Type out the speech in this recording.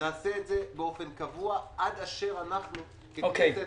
נעשה את זה באופן קבוע עד אשר אנחנו ככנסת